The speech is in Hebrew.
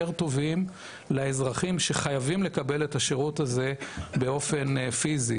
טובים לאזרחים שחייבים לקבל את השרות הזה באופן פיזי